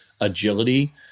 agility –